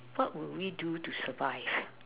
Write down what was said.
what would we do to survive